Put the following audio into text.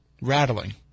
rattling